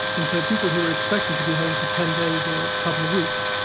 and so people who were expecting to be home for ten days or a couple of weeks,